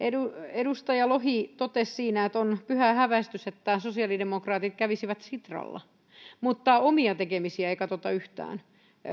edustaja lohi totesi että on pyhäinhäväistys että sosiaalidemokraatit kävisivät sitralla mutta omia tekemisiä ei katsota yhtään